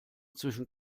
zwischen